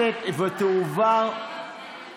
איסור ביצוע פעולות השחתה וריסון בבהמות),